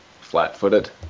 flat-footed